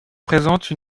présente